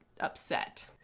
upset